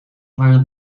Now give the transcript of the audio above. waren